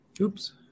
Oops